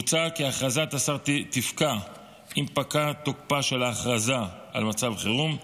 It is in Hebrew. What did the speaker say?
מוצע כי הכרזת השר תפקע אם פקע תוקפה של ההכרזה על מצב חירום,